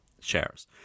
shares